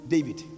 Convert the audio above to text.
David